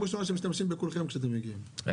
מה